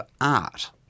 art